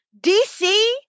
DC